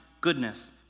goodness